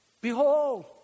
Behold